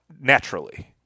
naturally